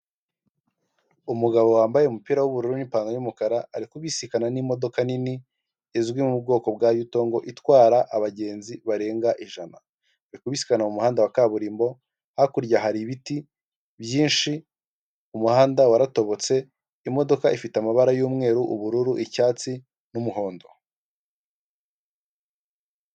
Umugabo n'umudamu bari mu nama, aho bari kuganira ku ngingo zimwe na zimwe, aho imbere yabo hari mikoro, byumvikana ko bari kuganiza abandi bantu ku ngingo zimwe na zimwe.